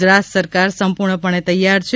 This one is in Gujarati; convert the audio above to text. ગુજરાત સરકાર સંપૂર્ણ પણે તૈયાર છે